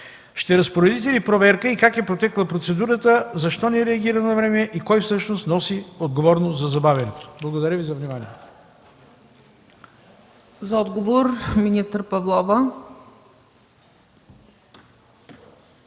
ще разпоредите ли проверка и как е протекла процедурата? Защо не е реагирано навреме и кой всъщност носи отговорност за забавянето? Благодаря Ви за вниманието.